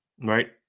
Right